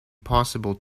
possible